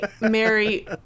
mary